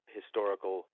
historical